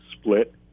split